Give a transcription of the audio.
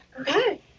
Okay